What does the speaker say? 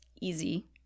easy